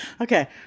okay